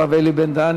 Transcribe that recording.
הרב אלי בן-דהן,